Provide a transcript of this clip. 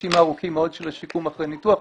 בחודשים הארוכים מאוד של השיקום אחרי ניתוח.